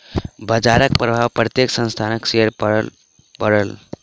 बजारक प्रभाव प्रत्येक संस्थानक शेयर पर पड़ल